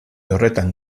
horretan